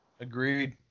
agreed